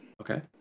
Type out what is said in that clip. Okay